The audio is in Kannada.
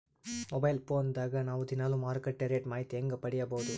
ಮೊಬೈಲ್ ಫೋನ್ ದಾಗ ನಾವು ದಿನಾಲು ಮಾರುಕಟ್ಟೆ ರೇಟ್ ಮಾಹಿತಿ ಹೆಂಗ ಪಡಿಬಹುದು?